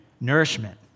nourishment